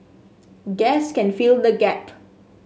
gas can fill the gap